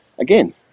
again